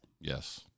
Yes